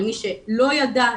למי שלא ידע,